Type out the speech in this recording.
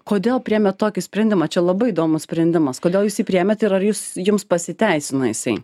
kodėl priėmėt tokį sprendimą čia labai įdomus sprendimas kodėl jūs jį priėmėt ir ar jis jums pasiteisino jisai